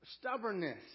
Stubbornness